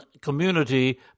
community